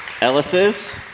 Ellis's